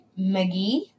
McGee